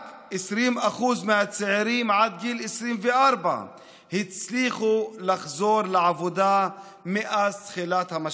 רק 20% מהצעירים עד גיל 24 הצליחו לחזור לעבודה מאז תחילת המשבר.